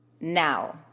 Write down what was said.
now